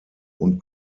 und